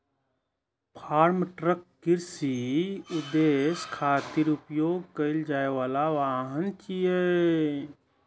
farm truck कृषि उद्देश्य खातिर उपयोग कैल जाइ बला वाहन छियै